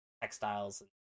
textiles